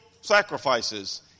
sacrifices